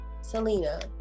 selena